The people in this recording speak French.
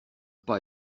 pas